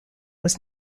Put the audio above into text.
was